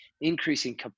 increasing